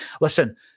Listen